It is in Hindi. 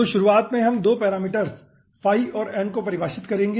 तो शुरुआत में हम 2 पैरामीटर्स फाई और n को परिभाषित करेंगे